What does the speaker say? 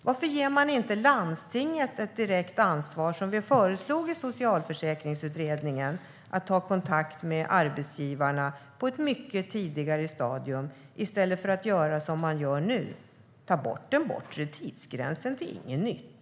Varför ger man inte landstinget ett direkt ansvar, som Socialförsäkringsutredningen föreslog, att ta kontakt med arbetsgivarna i ett mycket tidigare stadium i stället för att som nu ta bort den bortre tidsgränsen till ingen nytta?